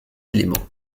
éléments